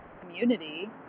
community